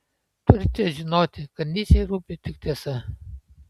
turite žinoti kad nyčei rūpi tik tiesa